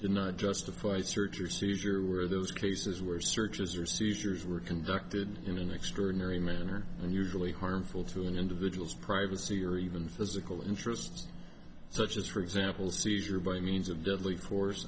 did not justify search your seizure were those cases where searches or seizures were conducted in an extraordinary manner and usually harmful to an individual's privacy or even physical interest such as for example seizure by means of deadly